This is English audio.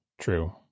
true